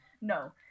no